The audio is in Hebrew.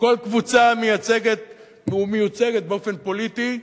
שכל קבוצה מייצגת ומיוצגת באופן פוליטי.